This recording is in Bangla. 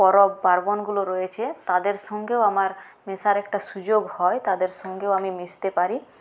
পরব পার্বনগুলো রয়েছে তাদের সঙ্গেও আমার মেশার একটা সুযোগ হয় তাদের সঙ্গেও আমি মিশতে পারি